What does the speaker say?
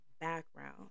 background